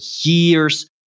years